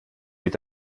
mit